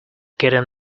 getting